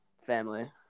family